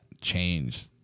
change